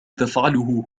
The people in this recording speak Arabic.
تفعله